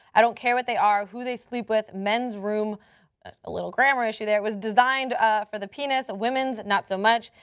i don't care what they are, who they sleep with, men's room a little grammar issue, there was designed designed for the penis. women's not so much.